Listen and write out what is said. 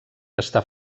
està